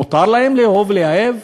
מותר להם לאהוב ולהיאהב?